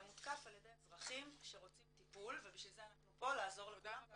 אתה מותקף על ידי אזרחים שרוצים טיפול ובשביל זה אנחנו פה לעזור לכולם,